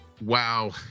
Wow